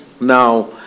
Now